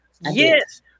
Yes